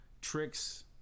tricks